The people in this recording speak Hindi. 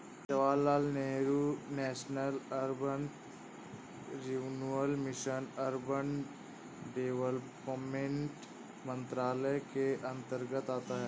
Jawaharlal Nehru national urban renewal mission urban development मंत्रालय के अंतर्गत आता है